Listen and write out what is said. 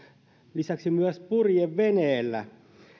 lisäksi myös purjeveneellä